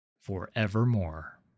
forevermore